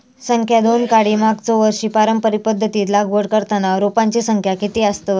संख्या दोन काडी मागचो वर्षी पारंपरिक पध्दतीत लागवड करताना रोपांची संख्या किती आसतत?